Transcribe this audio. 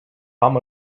fam